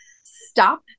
stop